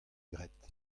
graet